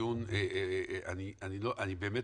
אני מבקש,